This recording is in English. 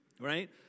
right